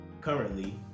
Currently